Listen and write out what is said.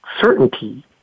certainty